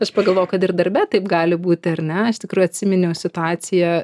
aš pagalvojau kad ir darbe taip gali būti ar ne iš tikrųjų atsiminiau situaciją